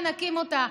מנקים אותה,